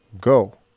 go